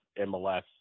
MLS